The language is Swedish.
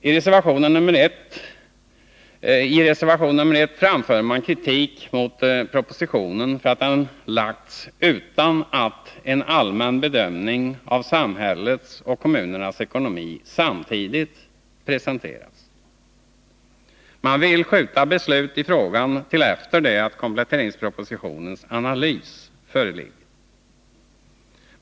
I reservation 1 framför man kritik mot propositionen för att denna lagts fram utan att en allmän bedömning av samhällets och kommunernas ekonomi samtidigt presenterats. Man vill skjuta på ett beslut i frågan till dess att kompletteringspropositionens analys föreligger.